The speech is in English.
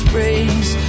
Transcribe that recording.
Praise